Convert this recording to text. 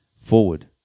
forward